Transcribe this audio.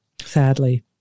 sadly